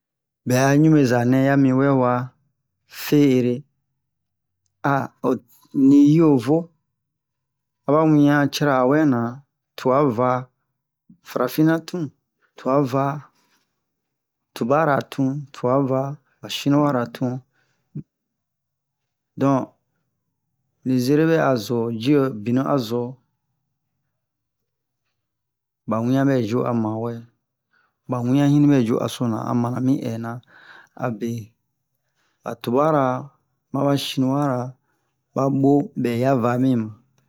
bɛ a ɲumɛza nɛ a mi wɛwa feere a o li lio vo a wian cira wɛ na twa va farafina tun twa va tubara tu twa va chinwara la tun don li zeremi a zo jio binu a zo ba wian bwɛju a ma wɛ ba wian yni bɛ ji ansona amana mi ɛina a be ba tubara ma ba chinwara ba bo bɛ ya va bini